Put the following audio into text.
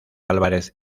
álvarez